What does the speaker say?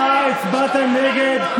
אתה הצבעת נגד.